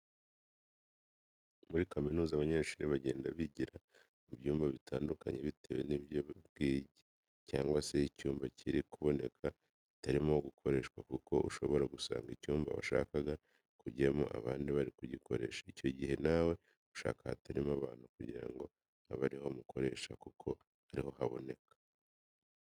Muri kaminuza abanyeshuri bagenda bigira mu byumba bitandukanye bitewe nibyo bari bwige cyangwa se icyumba kiri kuboneka kitarimo gukoreshwa kuko ushobora gusanga icyumba washakaga kujyamo abandi bari kugikoresha, icyo gihe nawe ushaka ahatarimo abantu kugira ngo abe ariho mukoresha kuko ariho haboneka.